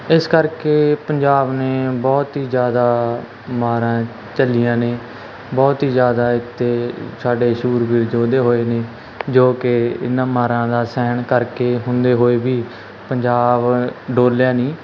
ਇਸ ਕਰਕੇ ਪੰਜਾਬ ਨੇ ਬਹੁਤ ਹੀ ਜ਼ਿਆਦਾ ਮਾਰਾ ਝੱਲੀਆਂ ਨੇ ਬਹੁਤ ਹੀ ਜ਼ਿਆਦਾ ਇੱਥੇ ਸਾਡੇ ਸੂਰਵੀਰ ਯੋਧੇ ਹੋਏ ਨੇ ਜੋ ਕਿ ਇਹਨਾਂ ਮਾਰਾਂ ਦਾ ਸਹਿਣ ਕਰਕੇ ਹੁੰਦੇ ਹੋਏ ਵੀ ਪੰਜਾਬ ਡੋਲਿਆ ਨਹੀਂ